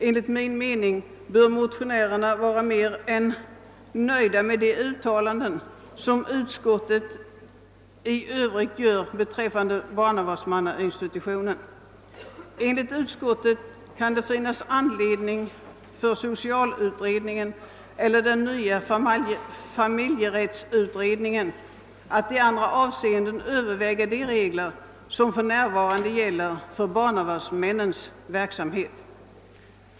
Enligt min mening bör motionärerna vara mer än nöjda med de uttalanden som utskottet i övrigt gör beträffande barnavårdsmannainstitutionen. Enligt utskottet kan det finnas anledning för socialutredningen eller den nya familjerättsutredningen att i andra avseenden överväga de regler som för närvarande gäller för barnavårdsmännens verksamhet.